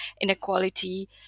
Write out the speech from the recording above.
inequality